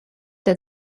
that